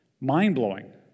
mind-blowing